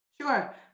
Sure